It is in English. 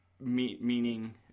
meaning